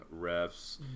refs